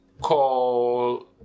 call